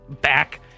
back